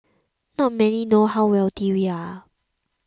not many know how wealthy we are